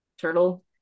Turtle